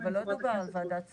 בכנסת -- אבל לא דובר על ועדת שרים,